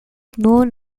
known